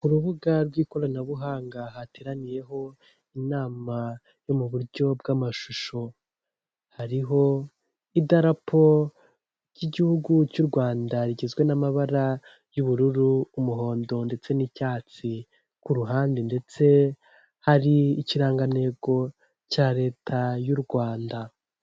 Urubuga rw'ikoranabuhanga hateraniyeho inama yo mu buryo bw'amashusho, hariho idarapo ry'igihugu cy'u Rwanda rigizwe n'amabara y'ubururu, umuhondo ndetse n'icyatsi. Ku ruhande ndetse hari ikirangantego cya leta y'u Rwanda.